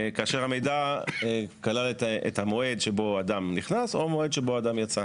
והמידע כלל את המועד שבו אדם נכנס או המועד שבו אדם יצא.